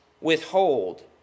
withhold